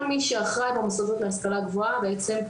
לכל מי שאחראי על המוסדות להשכלה הגבוהה בעצם,